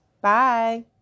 Bye